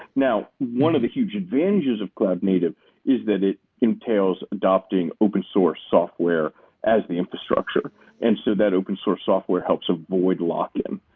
now, one of the huge advantages of cloud native is that it entails adopting open source software as the infrastructure and so that open-source software helps avoid lock-in.